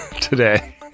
today